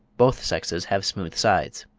both sexes have smooth sides.